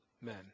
men